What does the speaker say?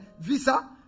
visa